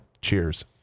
cheers